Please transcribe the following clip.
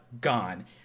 gone